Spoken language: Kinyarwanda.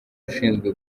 ushinzwe